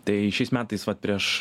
tai šiais metais vat prieš